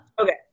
Okay